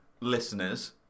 listeners